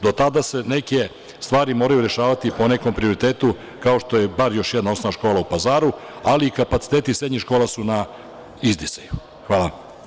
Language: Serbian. Do tada se neke stvari moraju rešavati po nekom prioritetu, kao što je bar još jedna osnovna škola u Pazaru, ali i kapaciteti srednjih škola su na izdisaju.